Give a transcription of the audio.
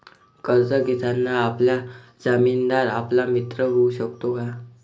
कर्ज घेताना आपला जामीनदार आपला मित्र होऊ शकतो का?